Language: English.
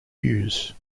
use